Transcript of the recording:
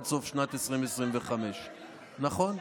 עד סוף שנת 2025. המשטרה,